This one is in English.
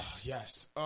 Yes